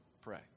pray